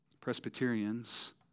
Presbyterians